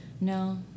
no